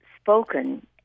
spoken